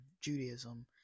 Judaism